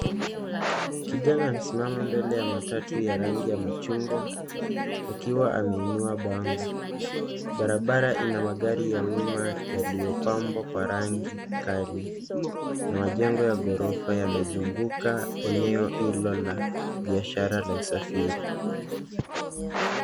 Kijana amesimama mbele ya matatu ya rangi ya machungwa akiwa ameinua bango. Barabara ina magari ya umma yaliyopambwa kwa rangi kali na majengo ya ghorofa yamezunguka eneo hilo la biashara la usafiri.